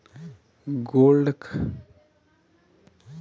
Gold bond खातिर आवेदन कैसे दिही?